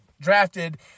drafted